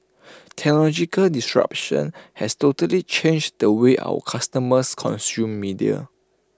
technological disruption has totally changed the way our customers consume media